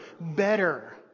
better